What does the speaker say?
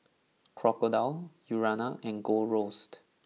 Crocodile Urana and Gold Roast